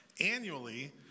Annually